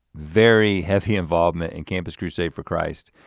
very heavy involvement in campus crusade for christ.